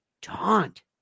taunt